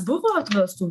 buvo atmestų